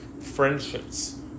friendships